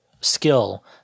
skill